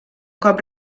cop